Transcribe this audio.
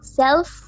self